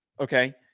okay